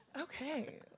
Okay